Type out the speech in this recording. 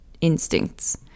instincts